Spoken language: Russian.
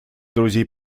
друзей